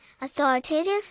authoritative